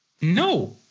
No